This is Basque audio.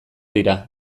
dira